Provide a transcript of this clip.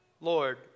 Lord